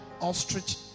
ostrich